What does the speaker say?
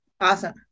Awesome